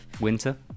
winter